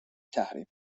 تحریم